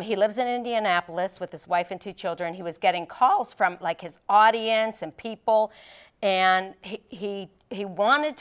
he lives in indianapolis with his wife and two children he was getting calls from like his audience and people and he he wanted